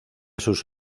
sus